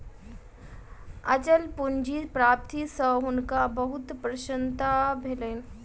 अचल पूंजी प्राप्ति सॅ हुनका बहुत प्रसन्नता भेलैन